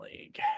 league